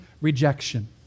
rejection